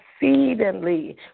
exceedingly